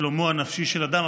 בשלומו הנפשי של אדם?